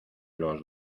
los